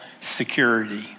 security